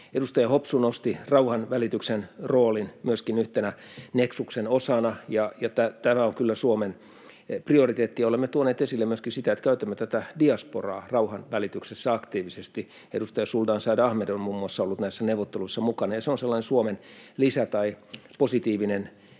Edustaja Hopsu nosti rauhanvälityksen roolin myöskin yhtenä neksuksen osana, ja tämä on kyllä Suomen prioriteetti, ja olemme tuoneet esille myöskin sitä, että käytämme tätä diasporaa rauhanvälityksessä aktiivisesti. Edustaja Suldaan Said Ahmed on muun muassa ollut näissä neuvotteluissa mukana, ja se on sellainen Suomen lisä tai positiivinen